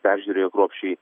peržiūrėjo kruopščiai